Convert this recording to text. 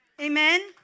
Amen